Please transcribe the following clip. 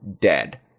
dead